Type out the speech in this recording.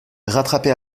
rattrapé